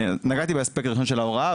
נגעתי באספקט הראשון של ההוראה,